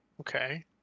Okay